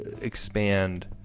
expand